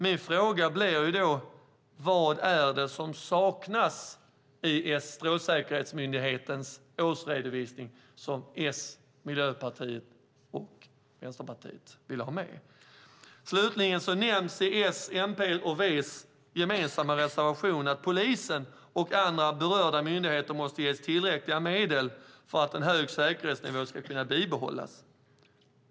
Min fråga är: Vad är det som Socialdemokraterna, Miljöpartiet och Vänsterpartiet saknar i Strålsäkerhetsmyndigheten årsredovisning? Slutligen nämns i S, V:s och MP:s gemensamma reservation att polisen och andra berörda myndigheter måste ges tillräckliga medel för att en hög säkerhetsnivå ska kunna bibehållas.